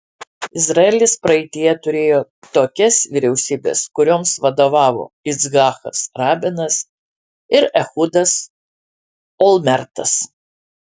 izraelis praeityje turėjo tokias vyriausybes kurioms vadovavo yitzhakas rabinas ir ehudas olmertas